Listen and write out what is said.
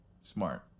Smart